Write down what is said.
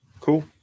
cool